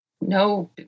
no